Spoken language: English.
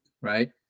right